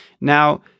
Now